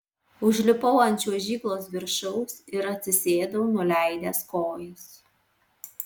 užlipau ant čiuožyklos viršaus ir atsisėdau nuleidęs kojas